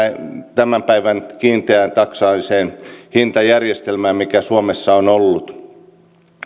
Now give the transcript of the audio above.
tämän päivän kiinteätaksaiseen hintajärjestelmään mikä suomessa on ollut